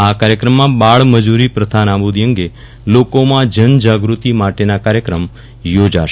આ કાર્યક્રમમાં બાળમજૂરી પ્રથા નાબૂદી અંગે લોકોમાં જનજાગૃતિ માટેના કાર્યક્રમ યોજાશે